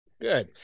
Good